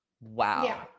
wow